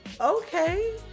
okay